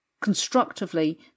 constructively